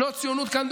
שנות ציונות כאן,